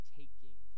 taking